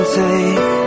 take